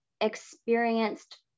experienced